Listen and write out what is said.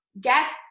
get